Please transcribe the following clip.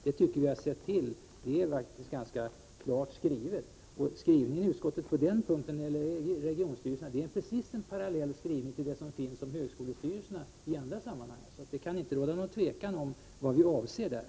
Det tycker jag att vi har sett till — det är faktiskt ganska klart skrivet. Och skrivningen i utskottsbetänkandet på den punkten i fråga om regionstyrelserna är precis en parallell till det som står om högskolestyrelserna i andra sammanhang. Det kan alltså inte råda någon tvekan om vad vi avser.